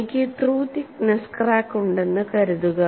എനിക്ക് through thickness crack ഉണ്ടെന്ന് കരുതുക